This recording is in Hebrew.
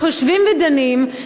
אנחנו יושבים ודנים,